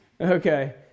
Okay